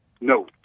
No